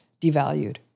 devalued